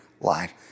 life